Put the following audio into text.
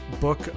Book